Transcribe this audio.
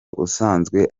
usanzwe